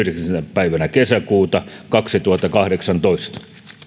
päivänä kesäkuuta kaksituhattakahdeksantoista